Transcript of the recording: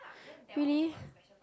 really